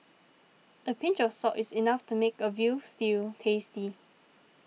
a pinch of salt is enough to make a Veal Stew tasty